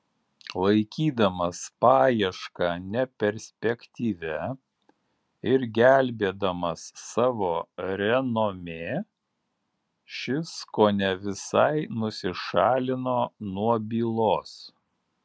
laikydamas paiešką neperspektyvia ir gelbėdamas savo renomė šis kone visai nusišalino nuo bylos